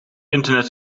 internet